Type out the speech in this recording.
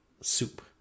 soup